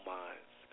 minds